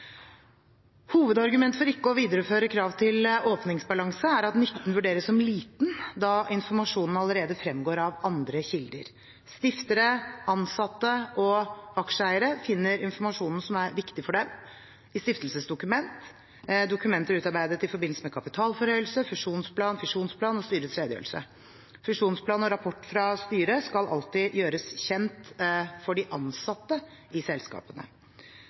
Hovedargumentet for ikke å videreføre krav til åpningsbalanse er at nytten vurderes som liten, da informasjonen allerede fremgår av andre kilder. Stiftere, ansatte og aksjeeiere finner informasjonen som er viktig for dem, i stiftelsesdokument, dokumenter utarbeidet i forbindelse med kapitalforhøyelse, fusjonsplan, fisjonsplan og styrets redegjørelse. Fusjonsplan og rapport fra styret skal alltid gjøres kjent for de ansatte i selskapene.